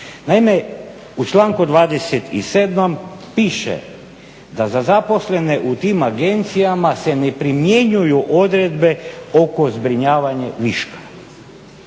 Naime, u članku 27.piše da za zaposlene u tim agencijama se ne primjenjuju odredbe oko zbrinjavanja viška,